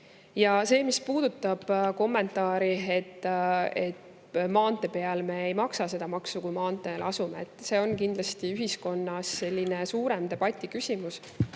See, mis puudutab kommentaari, et maantee peal me ei maksa seda maksu, kui me seal asume, on kindlasti ühiskonnas selline suurema debati küsimus.